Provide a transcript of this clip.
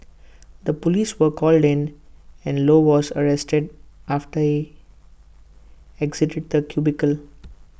the Police were called in and low was arrested after he exited the cubicle